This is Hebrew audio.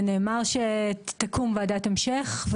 ונאמר שתקום וועדת המשך.